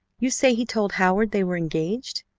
you say he told howard they were engaged!